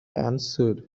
answered